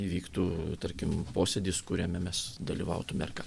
įvyktų tarkim posėdis kuriame mes dalyvautume ar ką